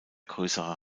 größerer